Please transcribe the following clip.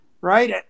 right